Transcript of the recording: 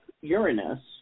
Uranus